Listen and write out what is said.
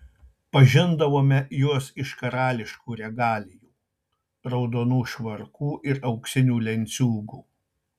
pažindavome juos iš karališkų regalijų raudonų švarkų ir auksinių lenciūgų